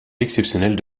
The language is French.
exceptionnelle